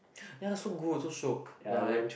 ya so good so shiok like